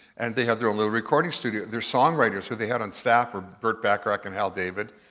and they had their own little recording studio. their songwriters, who they had on staff, were burt bacharach and hal david,